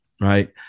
right